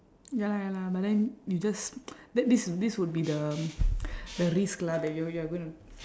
ya lah ya lah but then you just that this this would be the the risk lah that y~ you are going to